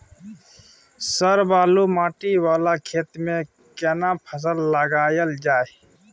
Sir बालू माटी वाला खेत में केना फसल लगायल जाय?